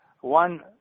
One